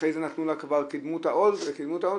אחר כך קידמו אותה עוד וקידמו אותה עוד,